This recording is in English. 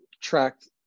tracked